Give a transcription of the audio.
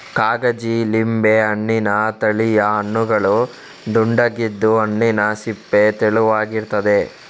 ಕಾಗಜಿ ಲಿಂಬೆ ಹಣ್ಣಿನ ತಳಿಯ ಹಣ್ಣುಗಳು ದುಂಡಗಿದ್ದು, ಹಣ್ಣಿನ ಸಿಪ್ಪೆ ತೆಳುವಾಗಿರ್ತದೆ